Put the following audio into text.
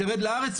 תרד לארץ,